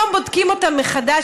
היום בודקים אותן מחדש,